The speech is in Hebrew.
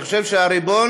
אני חושב שהריבון,